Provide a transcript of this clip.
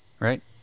Right